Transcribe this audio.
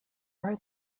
are